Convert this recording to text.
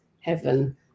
heaven